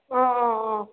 अँ अँ अँ